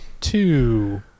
two